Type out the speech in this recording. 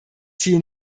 ziel